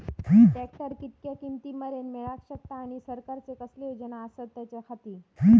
Tractor कितक्या किमती मरेन मेळाक शकता आनी सरकारचे कसले योजना आसत त्याच्याखाती?